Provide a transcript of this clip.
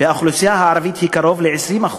והאוכלוסייה הערבית היא קרוב ל-20%.